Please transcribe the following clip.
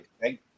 thank